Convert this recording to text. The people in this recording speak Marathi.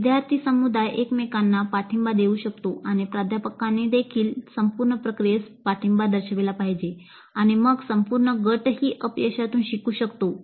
विद्यार्थी समुदाय एकमेकांना पाठिंबा देऊ शकतो आणि प्राध्यापकांनीदेखील संपूर्ण प्रक्रियेस पाठिंबा दर्शविला पाहिजे आणि मग संपूर्ण गटही अपयशातून शिकू शकतो